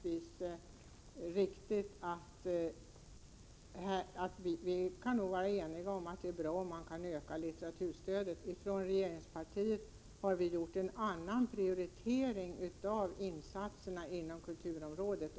Vi kan nog vara eniga om att det är bra om man kan öka litteraturstödet. Från regeringspartiet har vi gjort en annan prioritering av insatserna på kulturområdet.